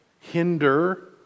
hinder